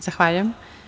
Zahvaljujem.